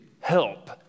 help